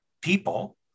people